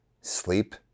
sleep